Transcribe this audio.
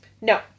no